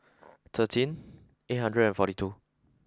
thirteen eight hundred and forty two